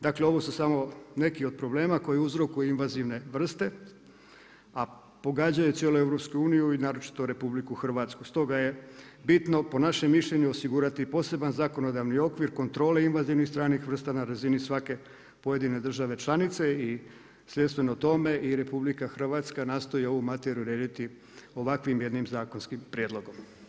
Dakle, ovo su samo neki od problema koji uzrokuju invazivne vrste, a pogađaju cijelu EU i naročito RH stoga je bitno po našem mišljenju osigurati poseban zakonodavni okvir kontrole invazivnih stranih vrsta na razini svake pojedine države članice i svojstveno tome i RH nastoji ovu materiju urediti ovakvim jednim zakonskim prijedlogom.